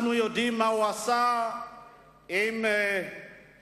אנחנו יודעים מה הוא עשה עם משעל,